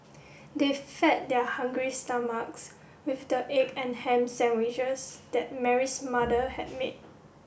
they fed their hungry stomachs with the egg and ham sandwiches that Mary's mother had made